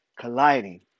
Colliding